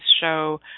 show